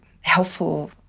helpful